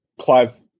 Clive